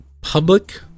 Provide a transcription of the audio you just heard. public